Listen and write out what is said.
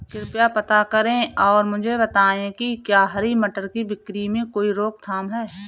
कृपया पता करें और मुझे बताएं कि क्या हरी मटर की बिक्री में कोई रोकथाम है?